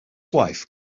wife